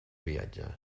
viatge